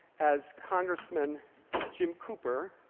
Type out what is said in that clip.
as congressman jim cooper,